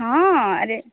ହଁ ଆରେ